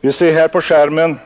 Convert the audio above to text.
Vi ser här på TV-skärmen